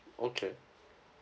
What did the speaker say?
okay